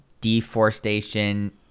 deforestation